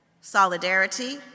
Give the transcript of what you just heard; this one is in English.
solidarity